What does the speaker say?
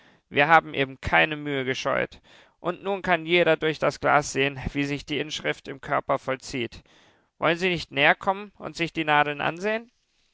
wir haben eben keine mühe gescheut und nun kann jeder durch das glas sehen wie sich die inschrift im körper vollzieht wollen sie nicht näherkommen und sich die nadeln ansehen